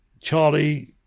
Charlie